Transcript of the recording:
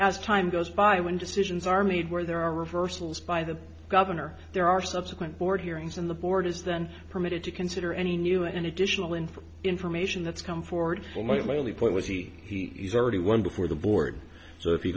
as time goes by when decisions are made where there are reversals by the governor there are subsequent board hearings in the board is then permitted to consider any new and additional info information that's come forward will make my only point was he he's already won before the board so if he